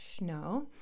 no